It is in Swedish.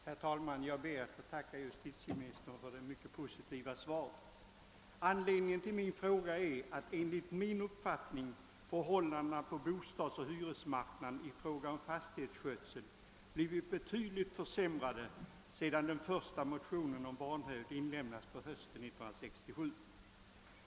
Herr talman! Jag ber att få tacka justitieministern för det mycket positiva svaret. Anledningen till min fråga är att enligt min uppfattning förhållandena på bostadsoch hyresmarknaden i fråga om fastighetsskötsel blivit betydligt försämrade sedan den första motionen om vanhävdslagstiftning inlämnades på hösten 1967.